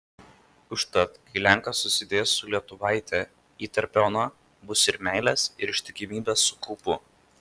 užtat kai lenkas susidės su lietuvaite įterpia ona bus ir meilės ir ištikimybės su kaupu